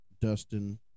Dustin